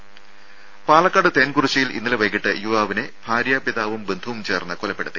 രുര പാലക്കാട് തേൻകുറിശ്ശിയിൽ ഇന്നലെ വൈകീട്ട് യുവാവിനെ ഭാര്യാപിതാവും ബന്ധുവും ചേർന്ന് കൊലപ്പെടുത്തി